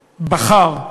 בחר,